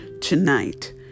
tonight